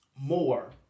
more